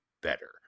better